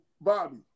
Bobby